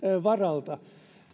varalta